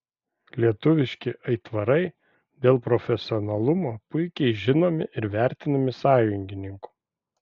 lietuviški aitvarai dėl profesionalumo puikiai žinomi ir vertinami sąjungininkų